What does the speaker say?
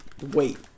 Wait